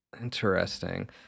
Interesting